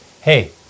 hey